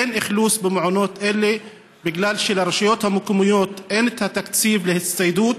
אין אכלוס במעונות אלה בגלל שלרשויות המקומיות אין תקציב להצטיידות.